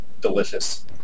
delicious